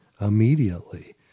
immediately